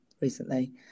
recently